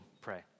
pray